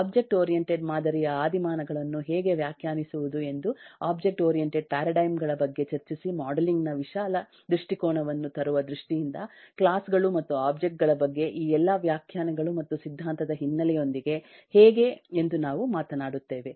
object oriented ಮಾದರಿಯ ಆದಿಮಾನಗಳನ್ನು ಹೇಗೆ ವ್ಯಾಖ್ಯಾನಿಸುವುದು ಎಂದು ಒಬ್ಜೆಕ್ಟ್ ಓರಿಯಂಟೆಡ್ ಪ್ಯಾರಾಡೈಮ್ ಗಳ ಬಗ್ಗೆ ಚರ್ಚಿಸಿ ಮಾಡೆಲಿಂಗ್ ನ ವಿಶಾಲ ದೃಷ್ಟಿಕೋನವನ್ನು ತರುವ ದೃಷ್ಟಿಯಿಂದ ಕ್ಲಾಸ್ ಗಳು ಮತ್ತು ಒಬ್ಜೆಕ್ಟ್ ಗಳ ಬಗ್ಗೆ ಈ ಎಲ್ಲಾ ವ್ಯಾಖ್ಯಾನಗಳು ಮತ್ತು ಸಿದ್ಧಾಂತದ ಹಿನ್ನೆಲೆಯೊಂದಿಗೆ ಹೇಗೆ ಎಂದು ನಾವು ಮಾತನಾಡುತ್ತೇವೆ